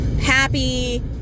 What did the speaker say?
Happy